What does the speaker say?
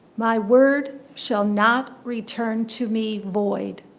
my word shall not return to me void,